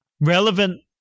relevant